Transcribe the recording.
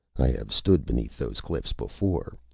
i have stood beneath those cliffs before.